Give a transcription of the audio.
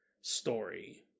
story